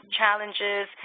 challenges